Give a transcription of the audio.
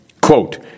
quote